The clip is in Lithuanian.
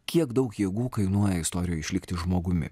kiek daug jėgų kainuoja istorijoj išlikti žmogumi